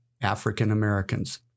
African-Americans